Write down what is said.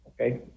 Okay